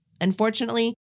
Unfortunately